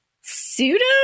pseudo